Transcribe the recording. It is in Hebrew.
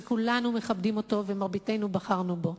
שכולנו מכבדים אותו ורובנו בחרנו בו,